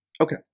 Okay